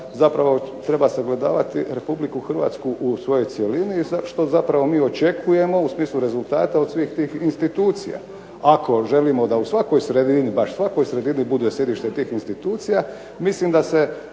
zapravo treba sagledavati Republiku Hrvatsku u svojoj cjelini i zašto zapravo mi očekujemo u smislu rezultata od svih tih institucija. Ako želimo da u svakoj sredini, baš svakoj sredini bude sjedište tih institucija mislim da se